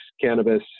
cannabis